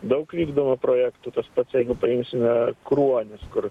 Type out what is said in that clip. daug vykdavo projektų tas pats jeigu paimsime kruonis kur